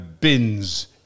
bins